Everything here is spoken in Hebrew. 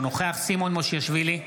אינו נוכח סימון מושיאשוילי,